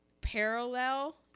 parallel